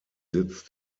sitz